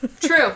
True